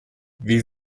wie